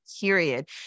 period